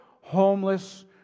homeless